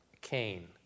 Cain